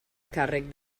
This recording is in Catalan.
càrrec